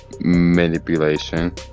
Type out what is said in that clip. manipulation